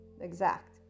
Exact